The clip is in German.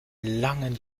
langen